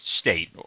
state